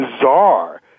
bizarre